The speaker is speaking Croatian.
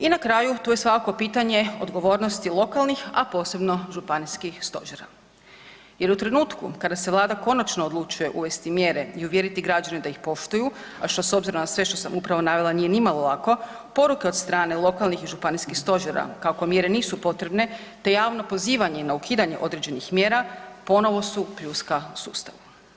I na kraju tu je svakako pitanje odgovornosti lokalnih, a posebno županijskih stožera jer u trenutku kada se Vlada konačno odlučuje uvesti mjera i uvjeriti građane da ih poštuju, a što s obzirom na sve što sam upravo navela nije nimalo lako, poruke od strane lokalnih i županijskih stožera kako mjere nisu potrebne te javno pozivanje na ukidanje određenih mjera ponovo su pljuska sustavu.